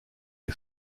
les